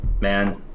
man